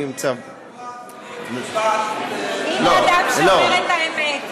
הנה אדם שאומר את האמת.